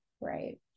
right